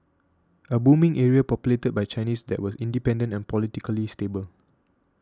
a booming area populated by Chinese that was independent and politically stable